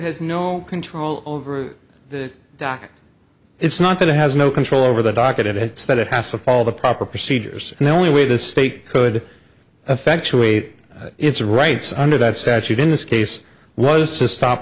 has no control over the dock it's not that it has no control over the docket it said it has a fall the proper procedures and the only way the state could effect to wait its rights under that statute in this case was to stop